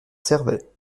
servait